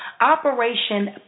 Operation